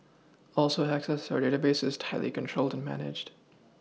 also access our database is tightly controlled managed